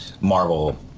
Marvel